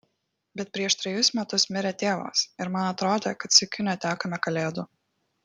bet prieš trejus metus mirė tėvas ir man atrodė kad sykiu netekome kalėdų